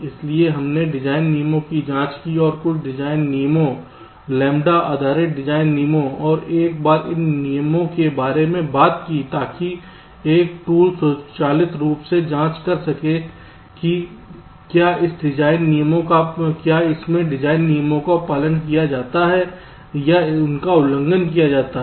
इसलिए हमने डिज़ाइन नियम की जाँच और कुछ डिज़ाइन नियमों लैम्ब्डा आधारित डिज़ाइन नियमों और एक बार इन नियमों के बारे में बात की है ताकि एक टूल स्वचालित रूप से जांच कर सके कि क्या इस डिज़ाइन नियमों का पालन किया जाता है या उनका उल्लंघन किया जाता है